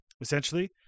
essentially